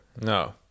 No